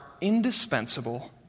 indispensable